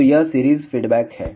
तो यह series feedback है